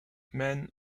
men